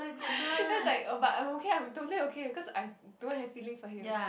that was like oh but I'm okay I'm totally okay cause I don't have feelings for him